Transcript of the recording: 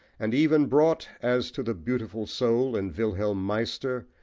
and even brought, as to the beautiful soul in wilhelm meister,